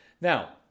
Now